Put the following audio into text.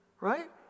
right